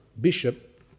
bishop